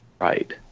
right